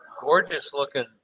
gorgeous-looking